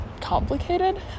complicated